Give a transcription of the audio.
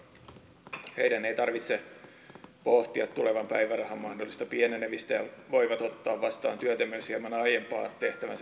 heidän ei tarvitse pohtia tulevan päivärahan mahdollista pienenemistä ja he voivat ottaa vastaan työtä myös hieman aiempaa tehtäväänsä pienemmällä palkalla